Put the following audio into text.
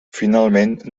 finalment